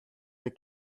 the